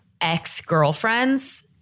ex-girlfriends